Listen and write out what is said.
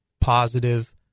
positive